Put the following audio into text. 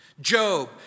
Job